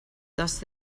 tas